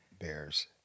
bears